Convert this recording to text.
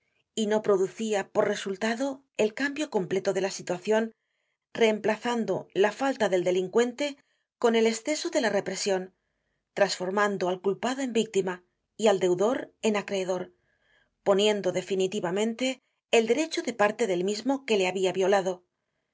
y no producia por resultado el cambio completo de la situacion reemplazando la falta del delincuente con el esceso de la represion trasformando al culpado en víctima y al deudor en acreedor poniendo definitivamente el derecho de parte del mismo que le habia violado si